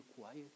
quiet